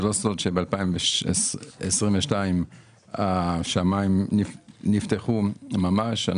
לא סוד שב-2022 השמיים נפתחו ממש.